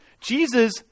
Jesus